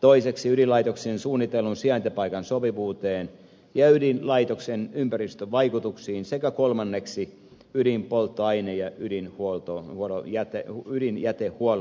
toiseksi ydinlaitoksen suunnitellun sijaintipaikan sopivuuteen ja ydinlaitoksen ympäristövaikutuksiin sekä kolmanneksi ydinpolttoaine ja ydinjätehuollon järjestämiseen